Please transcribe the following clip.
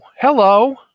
Hello